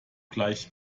gleich